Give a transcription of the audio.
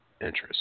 interest